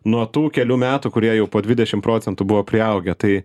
nuo tų kelių metų kurie jau po dvidešim procentų buvo priaugę tai